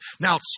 Now